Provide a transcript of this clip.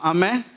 Amen